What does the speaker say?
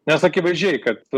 nes akivaizdžiai kad